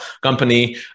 company